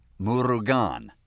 Murugan